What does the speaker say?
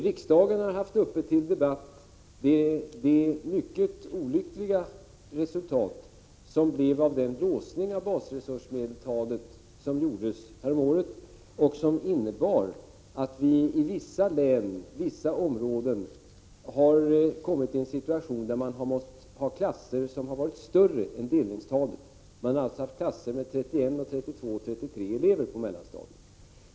Riksdagen debatterade det mycket olyckliga resultatet av den låsning av basresursmedeltalet som gjordes häromåret och som kommit att innebära att vissa län och vissa områden har hamnat i en situation som gör att de måste ha klasser som är större än delningstalet. Man har alltså haft klasser med 31, 32 eller 33 elever på mellanstadiet.